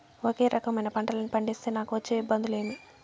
ఒకే రకమైన పంటలని పండిస్తే నాకు వచ్చే ఇబ్బందులు ఏమి?